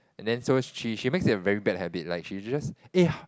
and then so she she makes a very bad habit like she just eh